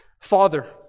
Father